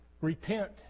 Repent